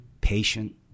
patient